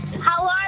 Hello